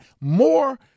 more